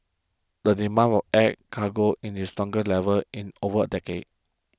the demand air cargo in it's stronger level in over decade